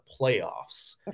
playoffs